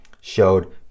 showed